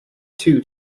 two